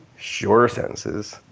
shorter sentences.